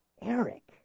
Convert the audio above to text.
Eric